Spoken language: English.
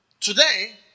today